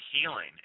healing